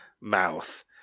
mouth